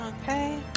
Okay